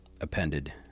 appended